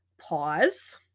Pause